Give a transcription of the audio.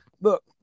look